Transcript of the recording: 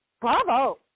Bravo